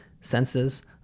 senses